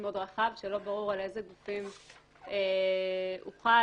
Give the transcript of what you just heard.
מאוד רחב שלא ברור על איזה גופים ומשרדים הוא חל,